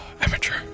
Amateur